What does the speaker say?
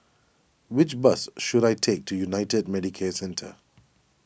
which bus should I take to United Medicare Centre